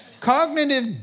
Cognitive